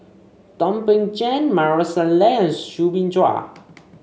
Thum Ping Tjin Maarof Salleh and Soo Bin Zhua